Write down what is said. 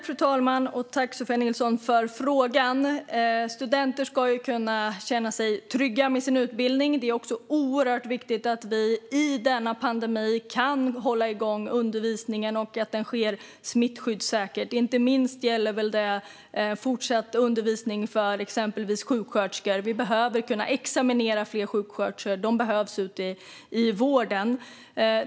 Fru talman! Tack, Sofia Nilsson, för frågan! Studenter ska kunna känna sig trygga under sin utbildning. Det är också oerhört viktigt att vi under denna pandemi kan hålla igång undervisningen och att den sker smittskyddssäkert. Inte minst gäller detta fortsatt undervisning för exempelvis sjuksköterskor. Vi behöver kunna examinera fler sjuksköterskor - de behövs ute i vården.